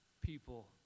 people